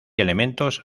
elementos